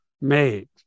made